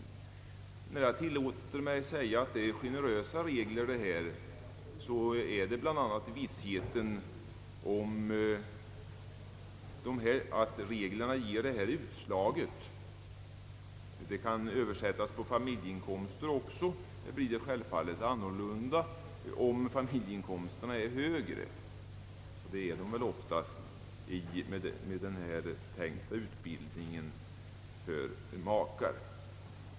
När jag tillåter mig att säga att detta är generösa regler, är det i vissheten om att reglerna ger detta utslag. De kan översättas på familjeinkomster också. Då blir det självfallet annorlunda, om familjeinkomsterna är högre, och det är de oftast för makar med den här tänkta utbildningen.